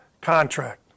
contract